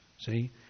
See